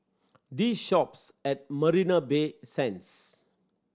The Shoppes at Marina Bay Sands